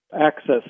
access